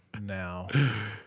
now